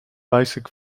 basic